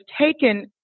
taken